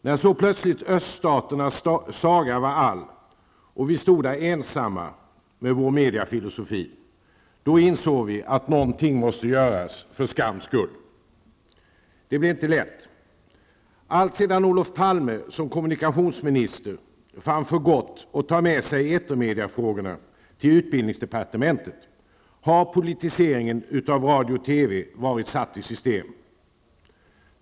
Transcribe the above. När så plötsligt öststaternas saga var all och vi stod där ensamma med vår mediafilosofi, insåg vi att något måste göras för skams skull. Det blev inte lätt. Alltsedan Olof Palme som kommunikationsminister fann för gott att ta med sig etermediafrågorna till utbildningsdepartementet har politiseringen av Radio/TV varit satt i system.